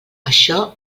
això